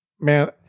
man